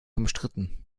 umstritten